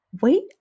wait